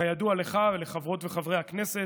כידוע לך ולחברות וחברי הכנסת,